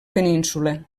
península